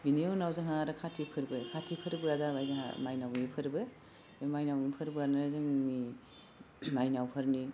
बिनि उनाव जोंहा आरो काति फोरबो काति फोरबोआ जाबाय जोंहा मायनावनि फोरबो बे मायनावनि फोरबोआनो जोंनि मायनावफोरनि